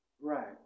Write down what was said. Right